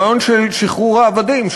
הרעיון של שחרור העבדים,